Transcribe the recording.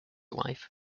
wife